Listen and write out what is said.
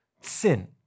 Sin